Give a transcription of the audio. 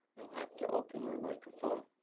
you'll have to open your microphone.